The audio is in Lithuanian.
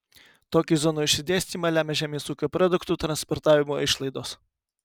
tokį zonų išsidėstymą lemia žemės ūkio produktų transportavimo išlaidos